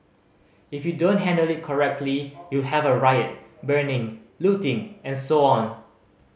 if you don't handle it correctly you'll have a riot burning looting and so on